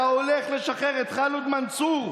אתה הולך לשחרר את ח'לוד מנצור,